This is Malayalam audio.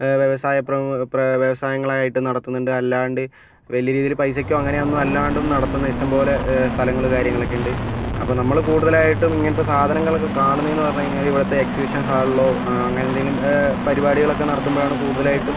വ്യവസായ പ്രമു വ്യവസങ്ങളായിട്ട് നടത്തുന്നുണ്ട് അല്ലാണ്ട് വലിയ രീതിയിൽ പൈസയ്ക്കും അങ്ങനെയൊന്നും അല്ലാണ്ടും നടത്തുന്ന ഇഷ്ടംപോലെ സ്ഥലങ്ങൾ കാര്യങ്ങളൊക്കെ ഉണ്ട് അപ്പോൾ നമ്മൾ കൂടുതലായിട്ടും ഇങ്ങനത്തെ സാധനങ്ങളൊക്കെ കാണുന്നെന്ന് പറഞ്ഞ് കഴിഞ്ഞാൽ ഇവിടുത്തെ എക്സിബിഷൻ ഹാളിലോ അങ്ങനെന്തെങ്കിലും പരിപാടികളൊക്കെ നടത്തുമ്പോഴാണ് കൂടുതലായിട്ടും